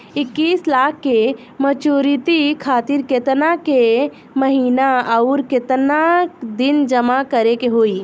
इक्कीस लाख के मचुरिती खातिर केतना के महीना आउरकेतना दिन जमा करे के होई?